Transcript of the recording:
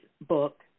book